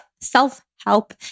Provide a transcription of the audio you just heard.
self-help